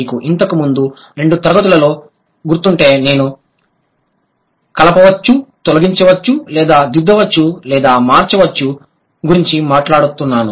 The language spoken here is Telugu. మీకు ఇంతకుముందు రెండు తరగతులలో గుర్తుంటే నేను కలపవచ్చు తొలగించవచ్చు లేదా దిద్దవచ్చు లేదా మార్చవచ్చు గురించి మాట్లాడుతున్నాను